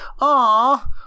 Aw